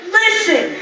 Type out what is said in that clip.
listen